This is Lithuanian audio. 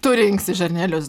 tu rinksi žirnelius